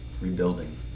rebuilding